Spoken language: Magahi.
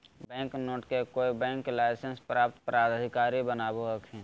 बैंक नोट के कोय बैंक लाइसेंस प्राप्त प्राधिकारी बनावो हखिन